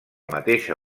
mateixa